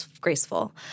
graceful